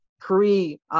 pre